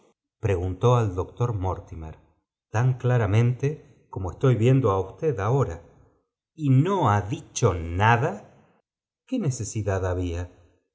preguntó al doctor mortimer tan claramente como estoy viendo á usted lihora y no ha dicho nada qué necesidad había